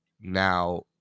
now